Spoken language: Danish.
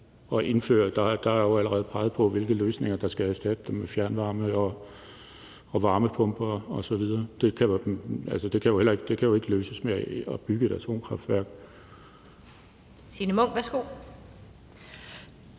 der er jo allerede blevet peget på, hvilke løsninger der skal erstatte det, nemlig fjernvarme, varmepumper osv. Det kan jo ikke løses med at bygge et atomkraftværk.